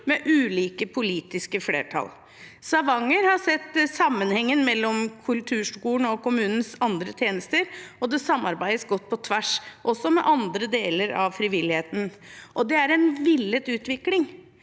med ulike politiske flertall. Stavanger har sett sammenhengen mellom kulturskolen og kommunens andre tjenester, og det samarbeides godt på tvers – også med andre deler av frivilligheten. Det er en villet utvikling,